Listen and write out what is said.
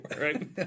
right